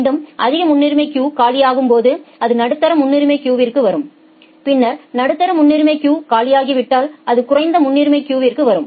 மீண்டும் அதிக முன்னுரிமை கியூ காலியாகும்போது அது நடுத்தர முன்னுரிமை கியூவிற்கு வரும் பின்னர் நடுத்தர முன்னுரிமை கியூ காலியாகிவிட்டால் அது குறைந்த முன்னுரிமை கியூவிற்கு வரும்